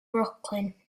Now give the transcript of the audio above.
brooklyn